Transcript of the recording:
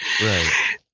Right